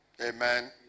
Amen